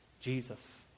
Jesus